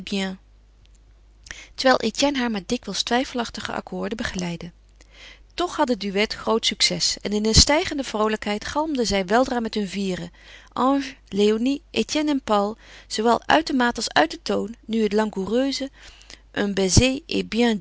terwijl etienne haar met dikwijls twijfelachtige akkoorden begeleidde toch had het duet groot succes en in een stijgende vroolijkheid galmden zij weldra met hun vieren ange léonie etienne en paul zoowel uit de maat als uit den toon nu het langoureuse